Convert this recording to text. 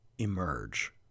emerge